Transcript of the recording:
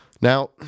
Now